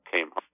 came